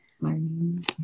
learning